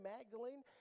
Magdalene